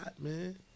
Man